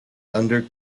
under